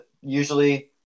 Usually